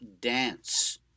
dance